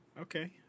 okay